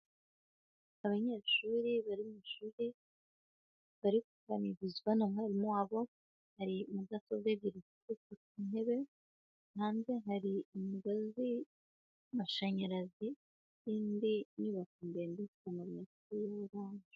Abanyeshuri bari mwishuri bariganirizwa na mwarimu wabo, hari mudasobwa ebyiri ku ntebe, hanze hari umugozi w' amashanyarazi nindi nyubako ndende ifite amabati n' irangi.